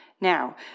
Now